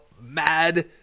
mad